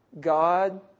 God